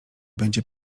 będzie